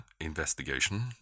Investigation